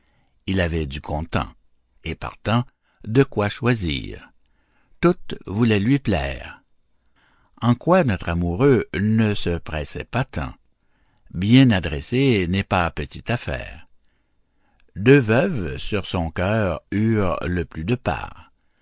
il avait du comptant et partant de quoi choisir toutes voulaient lui plaire en quoi notre amoureux ne se pressait pas tant bien adresser n'est pas petite affaire deux veuves sur son cœur eurent le plus de part